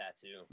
tattoo